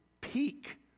peak